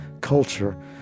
culture